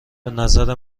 بنظر